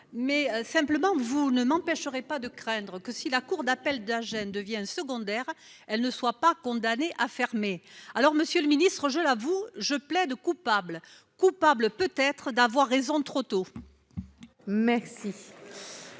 mais simplement vous ne m'empêcherait pas de craindre que, si la cour d'appel d'un gêne deviennent secondaires, elle ne soit pas condamné à fermer, alors Monsieur le Ministre, je l'avoue, je plaide coupable, coupable peut être d'avoir raison trop tôt. Merci.